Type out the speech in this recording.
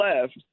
left